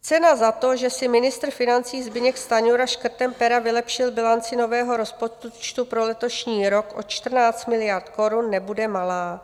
Cena za to, že si ministr financí Zbyněk Stanjura škrtem pera vylepšil bilanci nového rozpočtu pro letošní rok o 14 miliard korun, nebude malá.